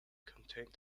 contained